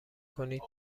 کنید